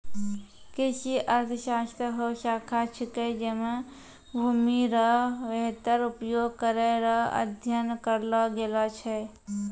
कृषि अर्थशास्त्र हौ शाखा छिकै जैमे भूमि रो वेहतर उपयोग करै रो अध्ययन करलो गेलो छै